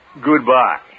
Goodbye